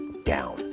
down